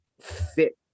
fit